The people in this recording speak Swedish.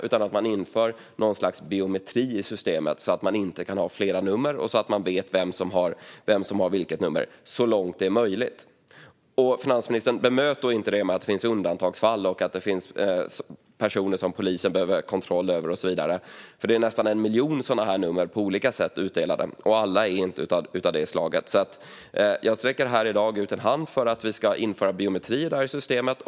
Man bör införa något slags biometri i systemet så att samma person inte kan ha flera nummer och så att man så långt det är möjligt vet vem som har vilket nummer. Bemöt då inte det, finansministern, med att det finns undantagsfall och att det finns personer som polisen behöver kontroll över och så vidare! Det är ju nästan 1 miljon sådana här nummer som är utdelade på olika sätt, och alla är inte av det slaget. Jag sträcker här i dag ut en hand för att vi ska införa biometri i systemet.